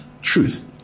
truth